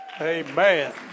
amen